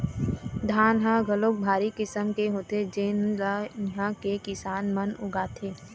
धान ह घलोक भारी किसम के होथे जेन ल इहां के किसान मन उगाथे